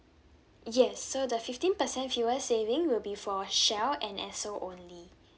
yes so the fifteen percent fuel saving will be for shell and esso only